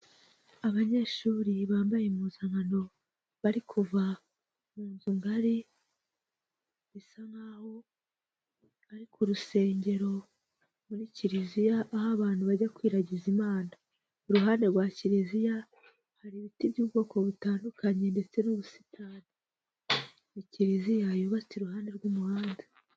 Abanyeshuri bambaye impuzankano, bari kuva mu nzu ngari, bisa nk'aho ari ku rusengero, muri kiliziya, aho abantu bajya kwiragiza Imana. Iruhande rwa kiliziya hari ibiti by'ubwoko butandukanye ndetse n'ubusitani. Ni kiliziya yubatse iruhande rw'umuhanda.